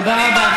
תודה רבה.